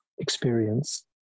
experience